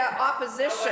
opposition